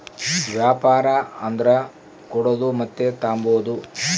ವ್ಯಾಪಾರ ಅಂದರ ಕೊಡೋದು ಮತ್ತೆ ತಾಂಬದು